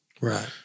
Right